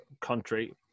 country